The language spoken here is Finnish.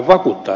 eikö niin